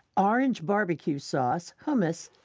orange barbecue sauce, hummus,